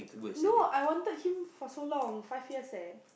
no I wanted him for so long five years eh